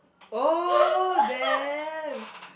oh damn